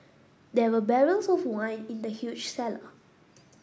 there were barrels of wine in the huge cellar